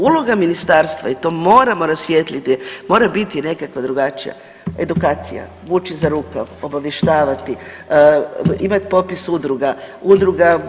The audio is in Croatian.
Uloga ministarstva i to moramo rasvijetliti mora biti nekakva drugačija, edukacija, vući za rukav, obavještavati, imat popis udruga.